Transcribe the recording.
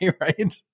right